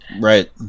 Right